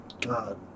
god